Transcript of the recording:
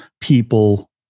people